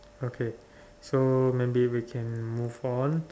okay so maybe we can move on